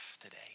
today